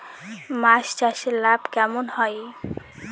মাছ চাষে লাভ কেমন হয়?